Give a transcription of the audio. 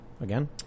Again